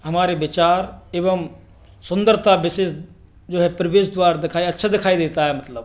हमारे विचार एवं सुंदरता विशेष जो है प्रवेश द्वार दिखाया अच्छा दिखाई देता है मतलब